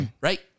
Right